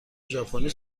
ژاپنی